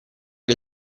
che